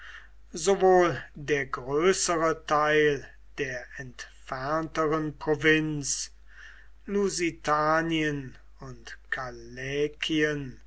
sowohl der größere teil der entfernteren provinz lusitanien und